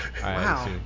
Wow